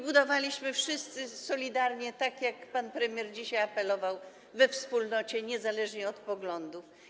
Budowaliśmy wszyscy solidarnie, tak jak pan premier dzisiaj apelował, we wspólnocie, niezależnie od poglądów.